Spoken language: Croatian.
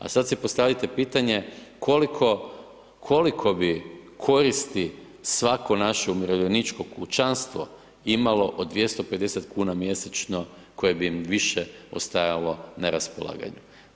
A sad si postavite pitanje koliko bi koristi svako naše umirovljeničko kućanstvo imalo od 250 kn mjesečno koje bi im više ostajalo na raspolaganju?